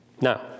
Now